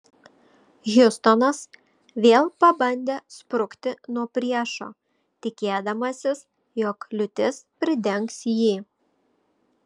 hiustonas vėl pabandė sprukti nuo priešo tikėdamasis jog liūtis pridengs jį